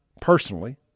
personally